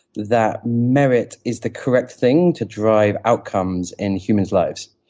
that merit is the correct thing to drive outcomes in humans' lives.